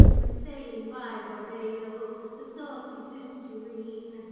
when sailin by barbado, the saucy soup tureen,